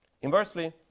Inversely